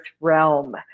realm